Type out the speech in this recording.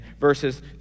verses